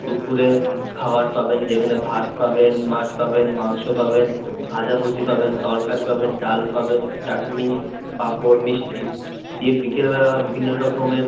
দুপুরে খাওয়ার পাবেন যেখানে ভাত পাবেন মাছ পাবেন মাংস পাবেন ভাজাভুজি পাবেন তরকারি পাবেন ডাল পাবেন চাটনি পাঁপড় মিষ্টি দিয়ে বিকেলবেলা আবার বিভিন্ন রকমের